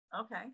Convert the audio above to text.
Okay